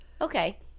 Okay